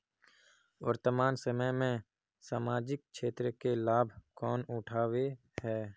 वर्तमान समय में सामाजिक क्षेत्र के लाभ कौन उठावे है?